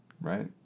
right